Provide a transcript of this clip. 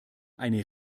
eine